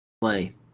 play